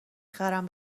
خرم